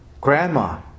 grandma